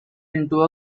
into